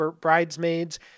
Bridesmaids